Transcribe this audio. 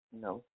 No